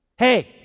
Hey